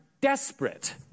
desperate